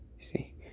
See